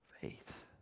Faith